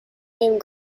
name